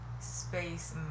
space